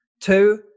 Two